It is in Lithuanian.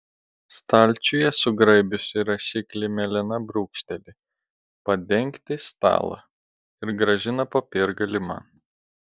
stalčiuje sugraibiusi rašiklį melena brūkšteli padengti stalą ir grąžina popiergalį man